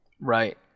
Right